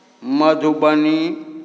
Madhubani